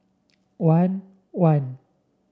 one one